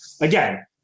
again